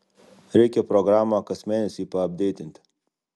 reikia programą kas mėnesį paapdeitinti